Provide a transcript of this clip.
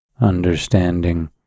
understanding